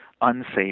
unsafe